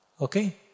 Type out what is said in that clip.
Okay